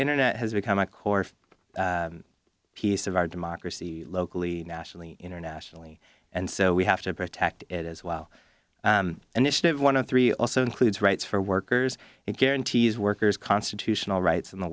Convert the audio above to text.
internet has become a core piece of our democracy locally nationally internationally and so we have to protect it as well initiative one of three also includes rights for workers it guarantees workers constitutional rights in the